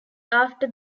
after